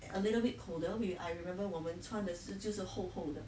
a little bit colder we I remember 我们穿的是就是厚厚的